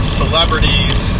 celebrities